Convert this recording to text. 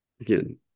Again